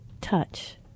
Touch